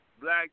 black